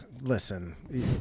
Listen